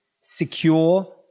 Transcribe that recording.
secure